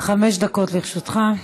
דקות לרשותך.